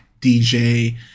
DJ